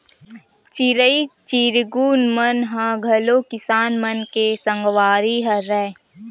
चिरई चिरगुन मन ह घलो किसान मन के संगवारी हरय